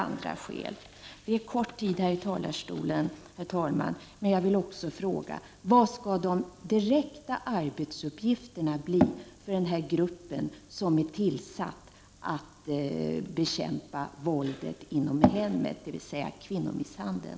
Vi har kort tid på oss här i talarstolen, men jag vill också ställa frågan: Vilka blir de direkta arbetsuppgifterna för gruppen som är tillsatt för att bekämpa våldet inom hemmet, dvs. kvinnomisshandeln?